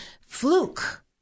fluke